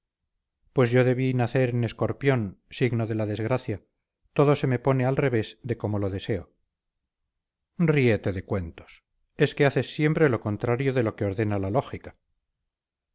pues yo debí nacer en escorpión signo de la desgracia todo se me dispone al revés de como lo deseo ríete de cuentos es que haces siempre lo contrario de lo que ordena la lógica